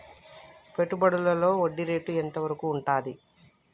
పెట్టుబడులలో వడ్డీ రేటు ఎంత వరకు ఉంటది?